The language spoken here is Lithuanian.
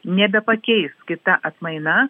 nebepakeis kita atmaina